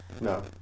No